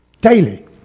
Daily